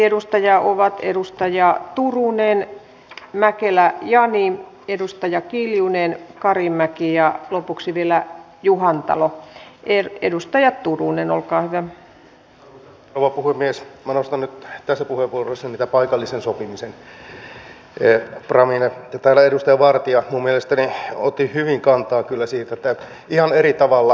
minusta on tosi hyvä että täällä keskustellaan moninaisesti sosiaali ja terveyspolitiikasta ja adrenaliinikin nousee varmasti juuri siksi että salissa on paljon nyt näitä ihmisiä meitä jotka omissa puolueissamme kannamme huolta pienituloisista ja niistä ihmisistä jotka tarvitsevat yhteiskunnan apua tavalla tai toisella